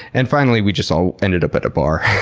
and finally we just all ended up at a bar.